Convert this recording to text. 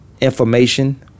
information